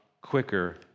quicker